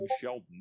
Sheldon